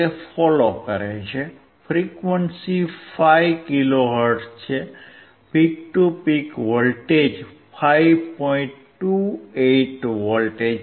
frequency 5 kilo hertz છે peak to peak voltage 5